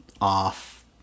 off